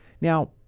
Now